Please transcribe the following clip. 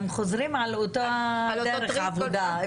הם חוזרים על אותה דרך עבודה.